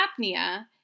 apnea